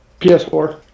PS4